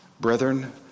Brethren